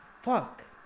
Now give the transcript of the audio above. Fuck